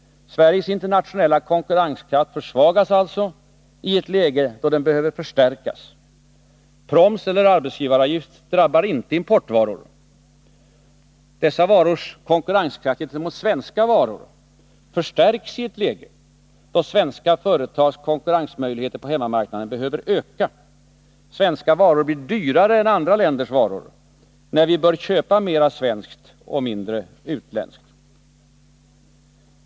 Sveriges internationella konkurrenskraft försvagas alltså i ett läge då den behöver förstärkas. Proms eller arbetsgivaravgift drabbar inte importvaror. Dessa varors konkurrenskraft gentemot svenska varor förstärks, i ett läge då svenska företags konkurrensmöjligheter på hemmamarknaden behöver öka. Svenska varor blir dyrare än andra länders, när vi bör köpa mera svenskt och mindre utländskt.